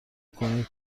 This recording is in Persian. کنید